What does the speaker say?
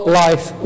life